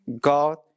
God